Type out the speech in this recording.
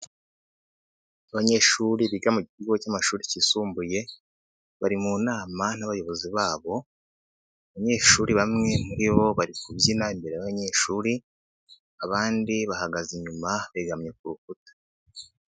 Abanyeshuri biga mu kigo cy'amashuri kisumbuye, bari mu nama n'abayobozi babo , abanyeshuri bamwe muri bo bari kubyina imbere y'abanyeshuri, abandi bahagaze inyuma, begamye ku rukuta.